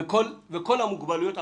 והילדים בעלי המוגבלויות האחרות.